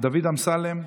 דוד אמסלם,